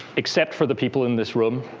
except for the people in this room,